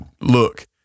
Look